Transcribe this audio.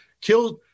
killed